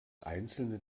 einzelne